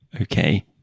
Okay